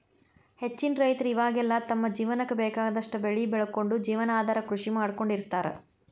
ಹೆಚ್ಚಿನ ರೈತರ ಇವಾಗೆಲ್ಲ ತಮ್ಮ ಜೇವನಕ್ಕ ಬೇಕಾದಷ್ಟ್ ಬೆಳಿ ಬೆಳಕೊಂಡು ಜೇವನಾಧಾರ ಕೃಷಿ ಮಾಡ್ಕೊಂಡ್ ಇರ್ತಾರ